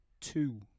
two